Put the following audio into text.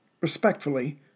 respectfully